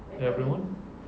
everyone